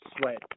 sweat